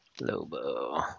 Lobo